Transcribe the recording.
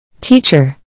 Teacher